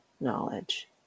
knowledge